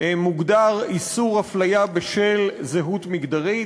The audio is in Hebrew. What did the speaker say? מוגדר איסור אפליה בשל זהות מגדרית,